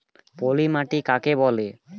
পলি মাটি কাকে বলে?